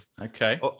Okay